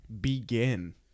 begin